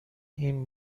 این